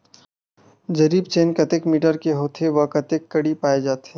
जरीब चेन कतेक मीटर के होथे व कतेक कडी पाए जाथे?